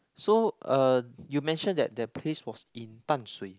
so uh you mentioned that that place was in Dan-Shui